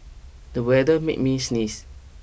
the weather made me sneeze